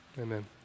amen